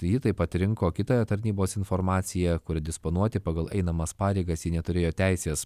tai ji taip pat rinko kitą tarnybos informacija kuri disponuoti pagal einamas pareigas ji neturėjo teisės